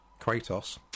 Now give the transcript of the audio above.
Kratos